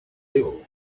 ill